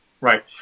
Right